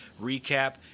recap